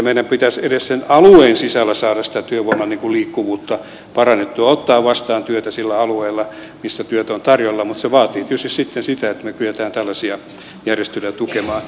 meidän pitäisi edes sen alueen sisällä saada sitä työvoiman liikkuvuutta parannettua ottaa vastaan työtä sillä alueella missä työtä on tarjolla mutta se vaatii tietysti sitten sitä että me kykenemme tällaisia järjestelyjä tukemaan